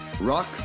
Rock